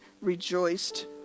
rejoiced